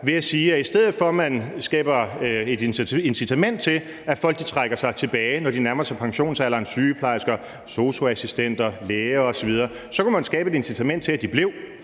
ved at sige, at man i stedet for at man skaber et incitament til, at folk trækker sig tilbage, når de nærmer sig pensionsalderen, altså sygeplejersker, sosu-assistenter, læger osv., så kunne skabe et incitament til, at de blev,